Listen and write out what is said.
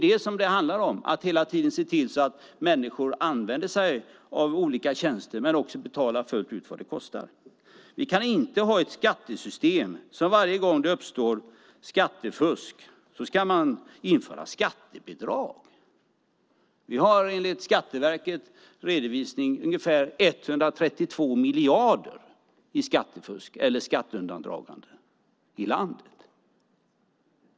Det handlar om att hela tiden se till att människor använder sig av olika tjänster men också betalar fullt ut vad det kostar. Vi kan inte ha ett skattesystem där man inför skattebidrag varje gång det uppstår skattefusk. Vi har enligt Skatteverkets redovisning ungefär 132 miljarder i skatteundandragande i landet.